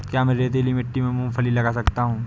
क्या मैं रेतीली मिट्टी में मूँगफली लगा सकता हूँ?